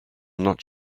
not